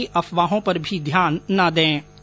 साथ ही अफवाहों पर भी ध्यान न दें